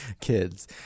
kids